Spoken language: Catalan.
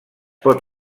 pot